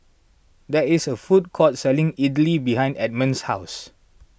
there is a food court selling Idili behind Edmon's house